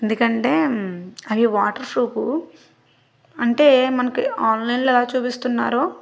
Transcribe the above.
ఎందుకంటే అవి waterproof అంటే మనకి ఆన్లైన్లో ఎలా చూపిస్తున్నారో